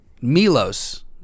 Milos